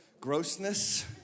grossness